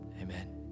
amen